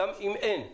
גם אם אין.